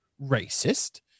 Racist